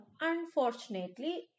unfortunately